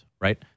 right